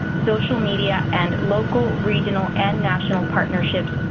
social media and local, regional and national partnerships,